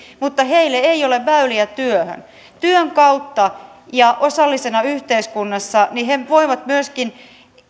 mutta heille ei ole väyliä työhön työn kautta ja osallisena yhteiskunnassa he voivat myöskin